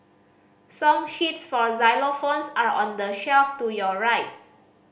song sheets for xylophones are on the shelf to your right